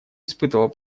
испытывал